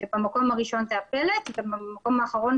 כשבמקום הראשון זה הפלט ובמקום האחרון